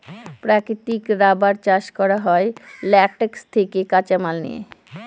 প্রাকৃতিক রাবার চাষ করা হয় ল্যাটেক্স থেকে কাঁচামাল নিয়ে